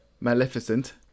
Maleficent